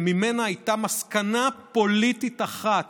שממנה הייתה מסקנה פוליטית אחת,